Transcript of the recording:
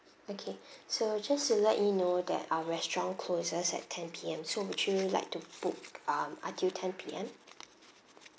okay so just to let you know that our restaurant closes at ten P_M so would you like to book um until ten P_M